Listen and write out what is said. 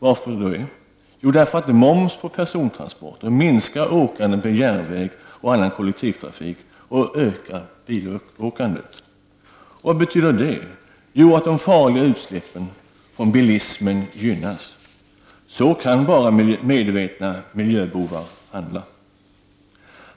Varför det? Jo, därför att moms på persontransporter minskar åkandet med järnväg och annan kollektivtrafik och ökar bilåkandet. Vad betyder det? Jo, att de farliga utsläppen från bilismen gynnas. Så kan bara medvetna miljöbovar handla.